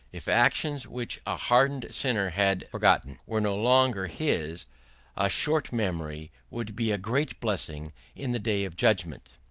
if actions which a hardened sinner had forgotten were no longer his, a short memory would be a great blessing in the day of judgment.